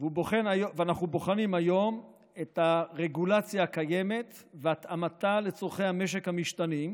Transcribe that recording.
ואנחנו בוחנים היום את הרגולציה הקיימת והתאמתה לצורכי המשק המשתנים,